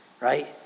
right